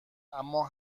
اما